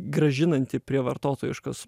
grąžinantį prie vartotojiškos